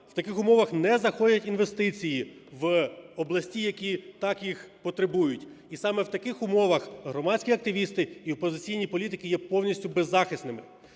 В таких умовах не заходять інвестиції в області, які так їх потребують. І саме в таких умовах громадські активісти і опозиційні політики є повністю беззахисними.